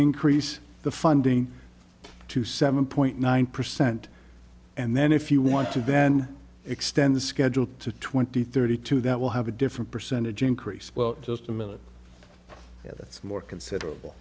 increase the funding to seven point nine percent and then if you want to then extend the schedule to twenty thirty two that will have a different percentage increase well just a minute that's more considerable